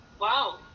wow